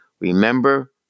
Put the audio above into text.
Remember